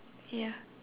ya